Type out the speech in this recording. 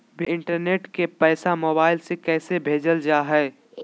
बिना इंटरनेट के पैसा मोबाइल से कैसे भेजल जा है?